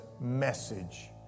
message